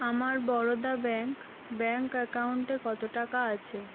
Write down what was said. আমার Baroda bank bank অ্যাকাউন্টে কতো টাকা আছে